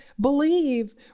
believe